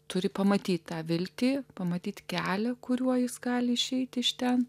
turi pamatyti tą viltį pamatyti kelią kuriuo jis gali išeiti iš ten